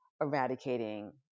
eradicating